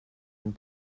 and